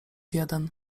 jeden